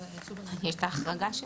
יש את ההחרגה שלכם.